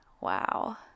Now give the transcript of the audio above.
wow